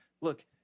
Look